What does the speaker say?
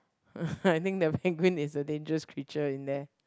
I think the penguin is a dangerous creature in there